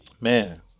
man